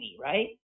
right